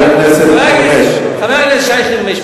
חבר הכנסת חרמש.